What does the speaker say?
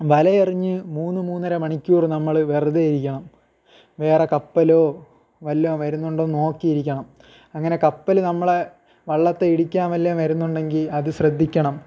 വലയെറിഞ്ഞ് മൂന്ന് മൂന്നര മണിക്കൂർ നമ്മൾ വെറുതെ ഇരിക്കണം വേറെ കപ്പലോ വല്ലതും വരുന്നുണ്ടോയെന്ന് നോക്കിയിരിക്കണം അങ്ങനെ കപ്പൽ നമ്മളെ വള്ളത്തെ ഇടിക്കാൻ വല്ലതും വരുന്നുണ്ടെങ്കിൽ അത് ശ്രദ്ധിക്കണം